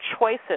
choices